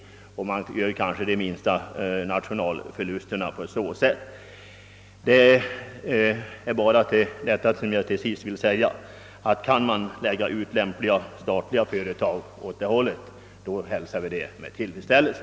På det sättet gör vi säkert de minsta nationalekonomiska förlusterna. Vad jag slutligen vill säga är, att om man i här ifrågavarande områden kan lägga ut lämpliga statliga företag, så skulle vi hälsa det med stor tillfredsställelse.